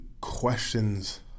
questions